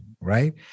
right